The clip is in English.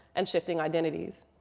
and shifting identities,